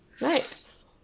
nice